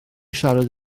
siarad